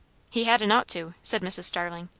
he hadn't ought to! said mrs. starling.